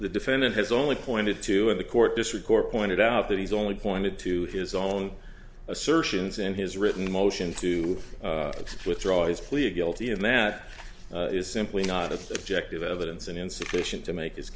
the defendant has only pointed to in the court this record pointed out that he's only pointed to his own assertions in his written motion to accept withdraw as plead guilty and matt is simply not objective evidence and insufficient to make his